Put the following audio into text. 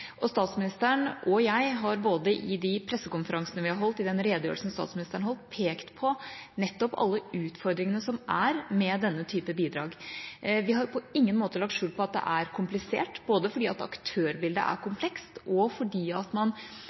Statsministeren og jeg har i de pressekonferansene vi har holdt, og i den redegjørelsen statsministeren har holdt, pekt på nettopp alle utfordringene med denne typen bidrag. Vi har på ingen måte lagt skjul på at det er komplisert, både fordi aktørbildet er komplekst, og fordi man selvfølgelig skal inn i trenings- og opplæringsmisjoner der man